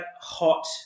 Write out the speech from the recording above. hot